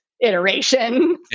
iteration